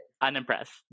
Unimpressed